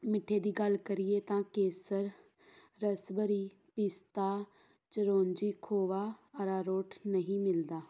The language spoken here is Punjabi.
ਮਿੱਠੇ ਦੀ ਗੱਲ ਕਰੀਏ ਤਾਂ ਕੇਸਰ ਰੈਸਬਰੀ ਪਿਸਤਾ ਚਰੌਂਜੀ ਖੋਆ ਅਰਾ ਰੋਟ ਨਹੀਂ ਮਿਲਦਾ